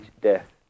death